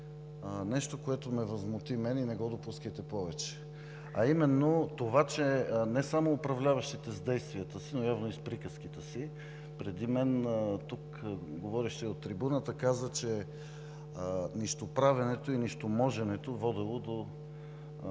нещо, което ме възмути, и не го допускайте повече, а именно това, че не само управляващите с действията си, но явно и с приказките си преди мен тук говорещият от трибуната каза, че нищоправенето и нищоможенето водело до